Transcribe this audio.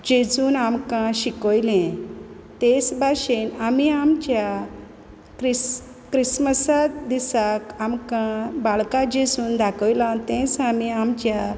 जेजून आमकां शिकयलें तेच भाशेन आमी आमच्या क्रिस क्रिसमसाक दिसा आमकां बाळका जेजून दाखयलां तेंच आमी आमच्या